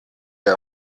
der